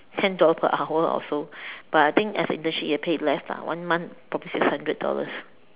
ten dollar per hour or so but I think as an internship you're paid less lah one month probably six hundred dollars